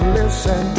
listen